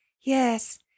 Yes